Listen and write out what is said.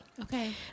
Okay